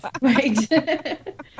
Right